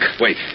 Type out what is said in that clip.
Wait